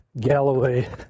Galloway